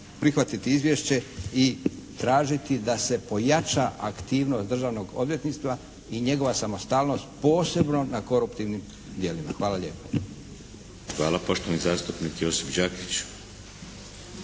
prihvatiti izvješće i tražiti da se pojača aktivnost Državnog odvjetništva i njegova samostalnog posebno na korumptivnim dijelovima. Hvala lijepa. **Šeks, Vladimir (HDZ)** Hvala. Poštovani zastupnik Josip Đakić.